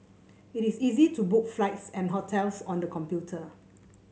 it is easy to book flights and hotels on the computer